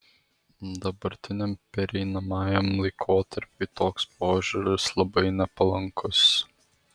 dabartiniam pereinamajam laikotarpiui toks požiūris labai nepalankus